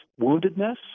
woundedness